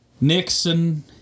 Nixon